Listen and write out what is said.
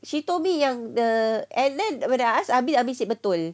she told me yang the and then when I ask abi abi say betul